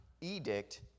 edict